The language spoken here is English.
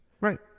Right